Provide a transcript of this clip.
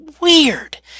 weird